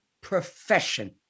profession